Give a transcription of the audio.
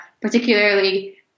particularly